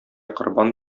корбан